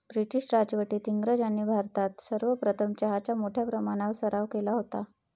British राजवटीत इंग्रजांनी भारतात सर्वप्रथम चहाचा मोठ्या प्रमाणावर सराव केला होता